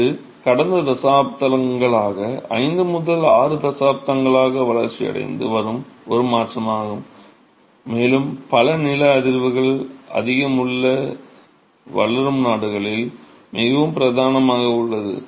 இது கடந்த சில தசாப்தங்களாக 5 முதல் 6 தசாப்தங்களாக வளர்ச்சியடைந்து வரும் ஒரு மாற்றாகும் மேலும் பல நில அதிர்வுகள் அதிகம் உள்ள வளரும் நாடுகளில் மிகவும் பிரதானமாக உள்ளது